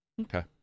Okay